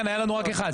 כן, היה לנו רק אחד.